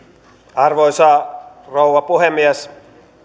arvoisa rouva puhemies